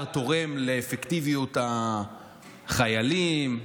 תורם לאפקטיביות החיילים.